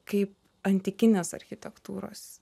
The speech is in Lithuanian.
kai antikinės architektūros